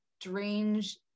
strange